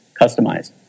customized